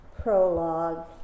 prologue